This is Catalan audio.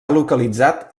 localitzat